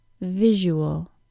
visual